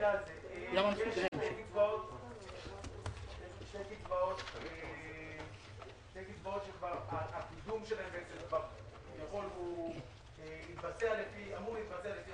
יש שתי קצבאות שהקידום שלהן אמור להתבצע לפי